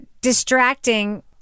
distracting